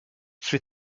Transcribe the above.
czy